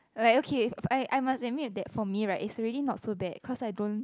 like okay I I must admit that for me right it's already not so bad cause I don't